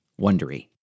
wondery